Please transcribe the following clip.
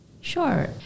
Sure